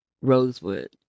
Rosewood